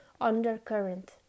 undercurrent